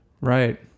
Right